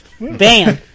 Bam